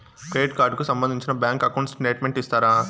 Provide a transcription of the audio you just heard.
Credit card కు సంబంధించిన bank account statement ఇస్తారా?